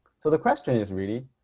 so the question is really,